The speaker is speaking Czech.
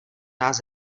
nás